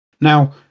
Now